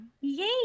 yay